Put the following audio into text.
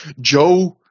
Joe